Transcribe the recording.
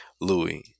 Louis